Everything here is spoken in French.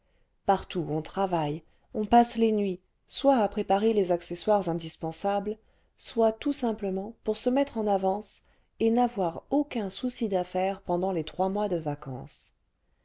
partout on travaille on passe les nuits soit à préparer les accessoires indispensables soit tout simplement pour se mettre en avance et n'avoir aucun souci d'affaires pendant les trois mois de vacances